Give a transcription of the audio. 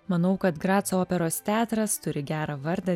manau kad graco operos teatras turi gerą vardą